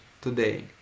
today